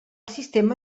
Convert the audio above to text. sistema